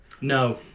no